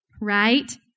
right